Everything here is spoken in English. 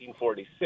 1946